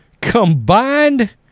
combined